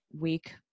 week